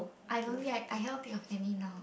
I don't get I cannot think of any now